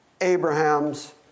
Abraham's